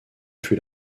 fut